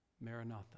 Maranatha